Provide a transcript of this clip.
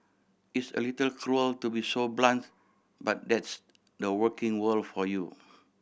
it's a little cruel to be so blunt but that's the working world for you